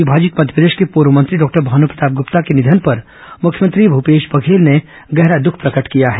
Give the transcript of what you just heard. अविभाजित मध्यप्रदेश के पूर्व मंत्री डॉक्टर भानुप्रताप ग्रप्ता के निधन पर मुख्यमंत्री भूपेश बधेल ने गहरा दुख प्रकट किया है